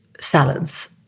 salads